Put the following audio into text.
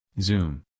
zoom